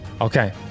Okay